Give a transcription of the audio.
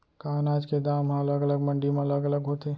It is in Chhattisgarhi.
का अनाज के दाम हा अलग अलग मंडी म अलग अलग होथे?